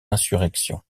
insurrection